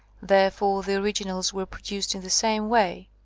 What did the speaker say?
therefore the originals were pro duced in the same way.